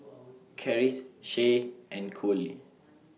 Charisse Shay and Kole